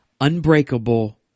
unbreakable